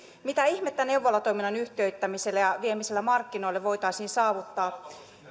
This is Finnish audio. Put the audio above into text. mitä ihmettä neuvolatoiminnan yhtiöittämisellä ja viemisellä markkinoille voitaisiin saavuttaa